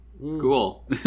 Cool